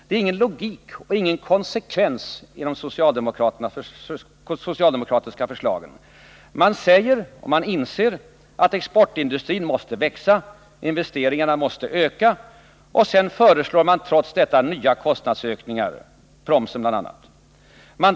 Det är ingen logik och konsekvens i de socialdemokratiska förslagen. Man inser att exportindustrin måste växa och investeringarna öka. Men trots det föreslår man nya kostnadsökningar, bl.a. promsen.